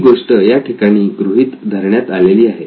ही गोष्ट या ठिकाणी गृहीत धरण्यात आलेली आहे